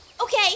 Okay